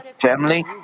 family